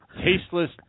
Tasteless